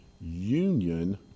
Union